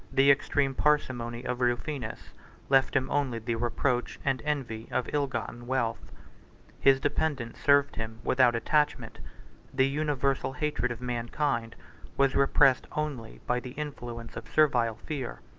the extreme parsimony of rufinus left him only the reproach and envy of ill-gotten wealth his dependants served him without attachment the universal hatred of mankind was repressed only by the influence of servile fear.